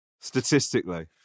statistically